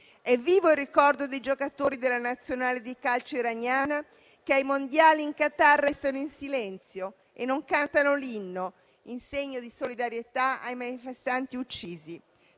È vivo il ricordo dei giocatori della nazionale di calcio iraniana che, ai Mondiali in Qatar, restano in silenzio e non cantano l'inno in segno di solidarietà ai manifestanti uccisi.